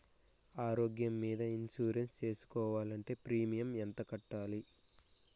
ఆరోగ్యం మీద ఇన్సూరెన్సు సేసుకోవాలంటే ప్రీమియం ఎంత కట్టాలి?